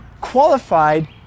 qualified